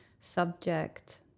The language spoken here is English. subject